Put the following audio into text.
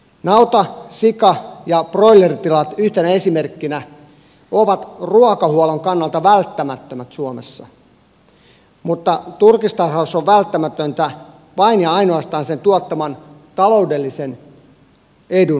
nauta sika ja broileritilat yhtenä esimerkkinä ovat ruokahuollon kannalta välttämättömät suomessa mutta turkistarhaus on välttämätöntä vain ja ainoastaan sen tuottaman taloudellisen edun vuoksi